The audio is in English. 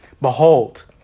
Behold